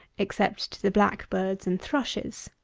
except to the blackbirds and thrushes.